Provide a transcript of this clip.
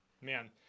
Man